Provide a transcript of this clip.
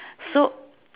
so